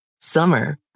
Summer